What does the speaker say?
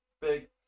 big